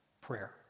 prayer